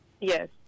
Yes